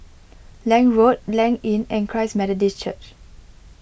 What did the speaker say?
Lange Road Blanc Inn and Christ Methodist Church